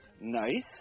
Nice